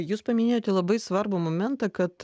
jūs paminėjote labai svarbų momentą kad